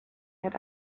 had